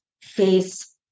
face